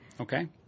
Okay